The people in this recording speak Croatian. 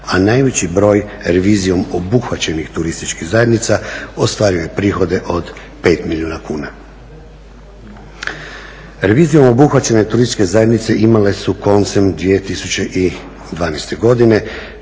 a najveći broj revizijom obuhvaćenih turističkih zajednica ostvario je prihode od 5 milijuna kuna. Revizijom obuhvaćene turističke zajednice imale su koncem 2012. godine